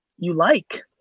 you like.